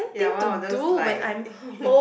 ya one of those like